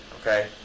Okay